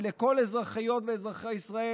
ולכל אזרחיות ואזרחי ישראל,